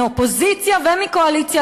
מהאופוזיציה ומהקואליציה,